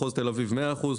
מחוז תל אביב 100 אחוזים.